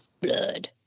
Blood